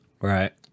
Right